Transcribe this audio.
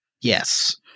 Yes